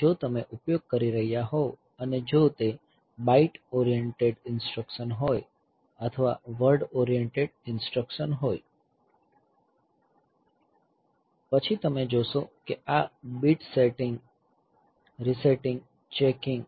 જો તમે ઉપયોગ કરી રહ્યાં હોવ અને જો તે બાઈટ ઓરિએંટેડ ઇન્સટ્રકશન હોય અથવા વર્ડ ઓરિએંટેડ ઇન્સટ્રકશન હોય તો પછી તમે જોશો કે આ બીટ સેટિંગ રીસેટિંગ ચેકિંગ